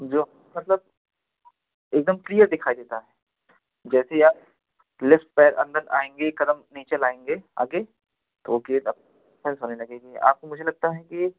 जो मतलब एकदम क्लियर दिखाई देता है जैसे ही आप लेफ्ट पैर अंदर आएँगे कदम नीचे लाएँगे आगे तो गेंद अब डिफेन्स होने लगेगी आप मुझे लगता है कि